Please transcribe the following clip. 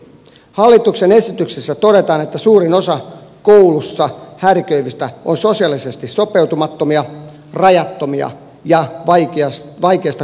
hallituksen esityksessä todetaan että suurin osa koulussa häiriköivistä on sosiaalisesti sopeutumattomia rajattomia ja vaikeista kotioloista